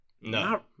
No